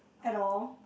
at all